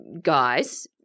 guys –